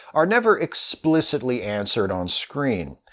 are never explicitly answered onscreen.